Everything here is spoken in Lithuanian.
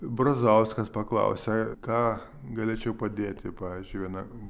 brazauskas paklausė ką galėčiau padėti pavyzdžiui vienam